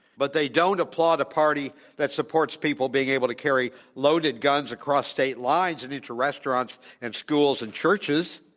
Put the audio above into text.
but they don't applaud a party that supports people being able to carry loaded guns across state lines and into restaurants and schools and churches.